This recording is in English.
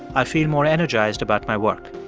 i feel more energized about my work.